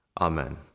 Amen